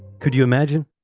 could you imagine?